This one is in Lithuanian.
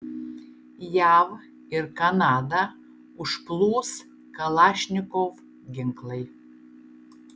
jav ir kanadą užplūs kalašnikov ginklai